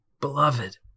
beloved